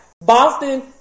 boston